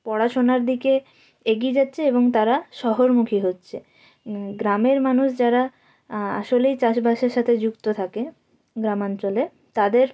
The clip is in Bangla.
পড়াশোনার দিকে এগিয়ে যাচ্ছে এবং তারা শহরমুখী হচ্ছে গ্রামের মানুষ যারা আসলেই চাষবাসের সাথে যুক্ত থাকে গ্রামাঞ্চলে তাদের